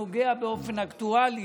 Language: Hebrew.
שהוא נוגע באופן אקטואלי,